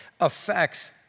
affects